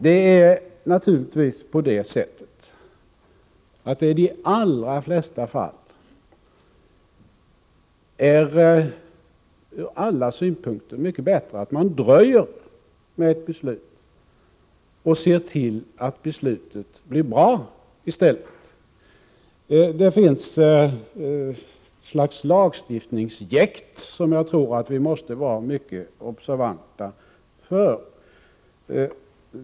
I de allra flesta fall är det naturligtvis ur alla synpunkter mycket bättre att man dröjer med ett beslut och ser till att beslutet blir bra i stället. Det finns ett slags lagstiftningsjäkt, som jag tror att vi måste vara mycket observanta på.